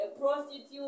prostitutes